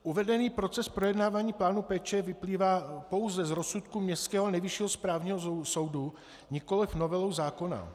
Uvedený proces projednávání plánu péče vyplývá pouze z rozsudku městského Nejvyššího správního soudu, nikoliv novelou zákona.